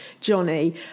Johnny